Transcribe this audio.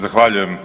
Zahvaljujem.